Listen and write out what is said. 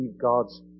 God's